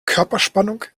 körperspannung